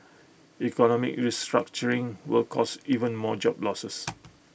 economic restructuring will cause even more job losses